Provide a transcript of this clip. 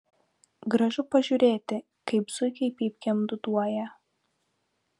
gražu pažiūrėti kaip zuikiai pypkėm dūduoja